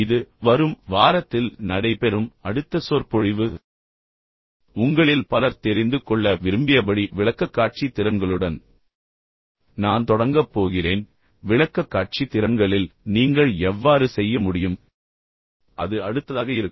இது வரும் வாரத்தில் நடைபெறும் அடுத்த சொற்பொழிவு உங்களில் பலர் தெரிந்து கொள்ள விரும்பியபடி விளக்கக்காட்சி திறன்களுடன் நான் தொடங்கப் போகிறேன் விளக்கக்காட்சி திறன்களில் நீங்கள் எவ்வாறு செய்ய முடியும் அது அடுத்ததாக இருக்கும்